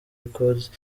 records